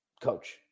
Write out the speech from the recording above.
coach